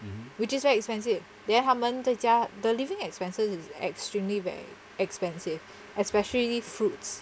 which is very expensive then 他们在家 the living expenses is extremely rare expensive especially fruits